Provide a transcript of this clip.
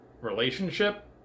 relationship